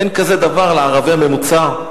אין כזה דבר לערבי הממוצע.